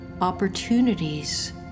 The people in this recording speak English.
opportunities